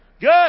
Good